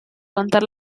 contar